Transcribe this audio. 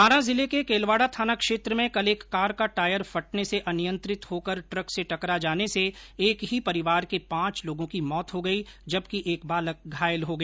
बारा जिले के केलवाड़ा थाना क्षेत्र में कल एक कार का टायर फटने से अनियंत्रित होकर द्रक से टकरा जाने से एक ही परिवार के पांच लोगों की मौत हो गई जबकि एक बालक घायल हो गया